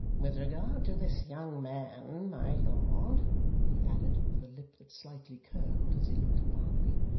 with regard to this young man, my lord he added, with a lip that slightly curled as he looked at barnaby,